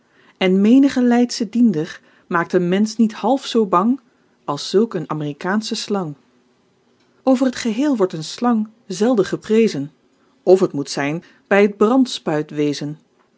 en menige leidsche diender maakt een mensch niet half zoo bang als zulk een amerikaansche slang over het geheel wordt een slang zelden geprezen of het moet zijn hy het